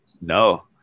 No